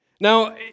Now